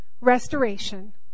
restoration